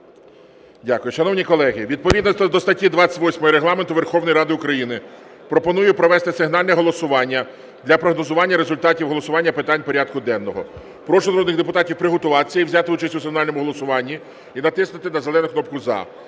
Дякую. Шановні колеги, відповідно до статті 28 Регламенту Верховної Ради України пропоную провести сигнальне голосування для прогнозування результатів голосування питань порядку денного. Прошу народних депутатів приготуватися і взяти участь у сигнальному голосуванні і натиснути на зелену кнопку "За".